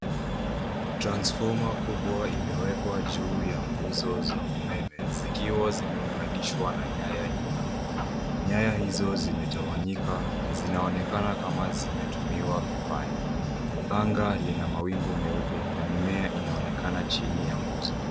Transformer kubwa imewekwa juu ya nguzo za umeme zikiwa zimeunganishwa na nyaya nyingi. Nyaya hizo zimetawanyika na zinaonekana kuwa zinatumiwa vibaya. Anga lina mawingu meupe na mimea inaonekana chini ya nguzo.